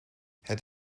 het